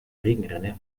regenrinne